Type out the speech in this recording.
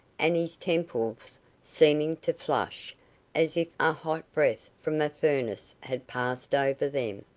and his temples seeming to flush as if a hot breath from a furnace had passed over them.